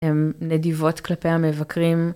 הם נדיבות כלפי המבקרים.